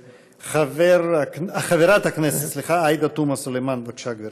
חברת הכנסת עאידה תומא סלימאן, בבקשה, גברתי.